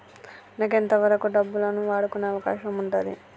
నాకు ఎంత వరకు డబ్బులను వాడుకునే అవకాశం ఉంటది?